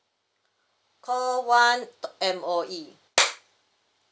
call one talk M_O_E